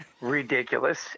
Ridiculous